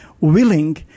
willing